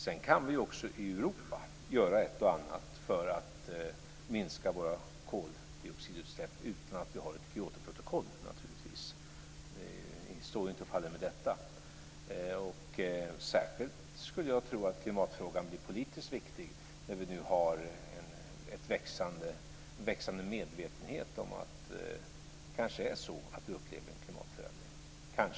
Sedan kan vi naturligtvis också i Europa göra ett och annat för att minska våra koldioxidutsläpp utan att vi har ett Kyotoprotokoll. Vi står och faller ju inte med detta. Jag skulle tro att klimatfrågan blir särskilt politiskt viktig när vi nu har en växande medvetenhet om att det kanske är så att vi upplever en klimatförändring.